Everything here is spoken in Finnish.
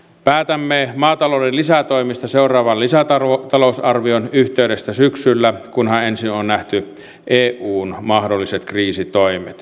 päätämme maatalouden lisätoimista seuraavan lisätalousarvion yhteydessä syksyllä kunhan ensin on nähty eun mahdolliset kriisitoimet